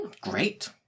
Great